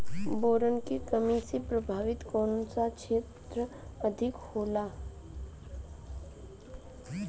Boron के कमी से प्रभावित कौन सा क्षेत्र अधिक होला?